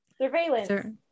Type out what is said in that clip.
Surveillance